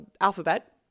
alphabet